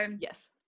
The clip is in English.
yes